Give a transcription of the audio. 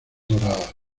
doradas